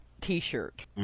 t-shirt